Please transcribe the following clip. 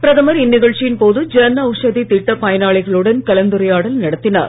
பிரதமர் இந்நிகழ்ச்சியின் போது ஜன்அவ்ஷதி திட்ட பயனாளிகளுடன் கலந்துரையாடல் நடத்தினார்